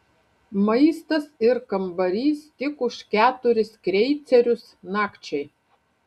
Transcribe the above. maistas ir kambarys tik už keturis kreicerius nakčiai